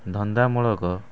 ଧନ୍ଦାମୂଳକ